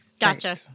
Gotcha